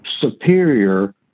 superior